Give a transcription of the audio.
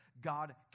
God